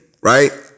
right